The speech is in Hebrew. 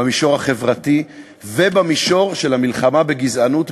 במישור החברתי ובמישור של המלחמה בגזענות,